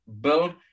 build